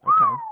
Okay